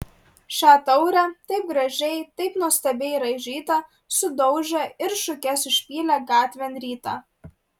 šią taurę taip gražiai taip nuostabiai raižytą sudaužė ir šukes išpylė gatvėn rytą